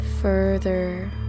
further